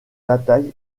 bataille